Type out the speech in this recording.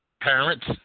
parents